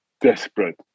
desperate